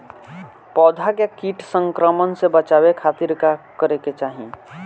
पौधा के कीट संक्रमण से बचावे खातिर का करे के चाहीं?